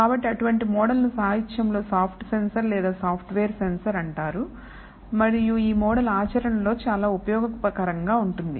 కాబట్టి అటువంటి మోడల్ ను సాహిత్యంలో సాఫ్ట్ సెన్సార్ లేదా సాఫ్ట్వేర్ సెన్సార్ అంటారు మరియు ఈ మోడల్ ఆచరణలో చాలా ఉపయోగకరంగా ఉంటుంది